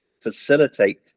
facilitate